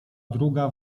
druga